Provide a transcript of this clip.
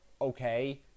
okay